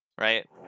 Right